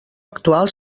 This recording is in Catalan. actual